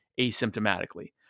asymptomatically